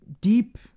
deep